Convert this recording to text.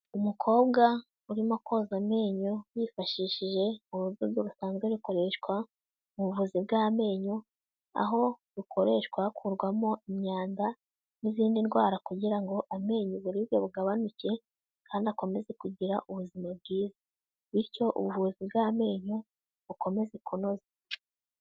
Umukobwa urimo koza amenyo yifashishije urudodo rusanzwe rukoreshwa mu buvuzi bw'amenyo, aho rukoreshwa hakurwamo imyanda n'izindi ndwara kugira ngo amenyo uburibwe bugabanuke kandi akomeze kugira ubuzima bwiza, bityo ubuvuzi bw'amenyo bukomeze kunozwa.